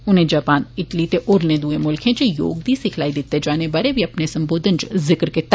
उनें Japan Italy ते होर दुए मुल्खें इच योग दी सिखलाई दित्ते जाने बारे बी अपने संबोधन इच जिक्र कीता